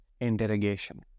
interrogation